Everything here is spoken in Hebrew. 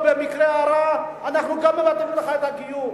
במקרה הרע: אנחנו גם מבטלים לך את הגיור.